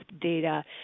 data